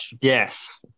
Yes